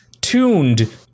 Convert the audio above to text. tuned